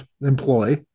employ